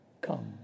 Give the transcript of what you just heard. come